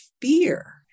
fear